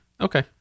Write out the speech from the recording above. Okay